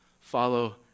follow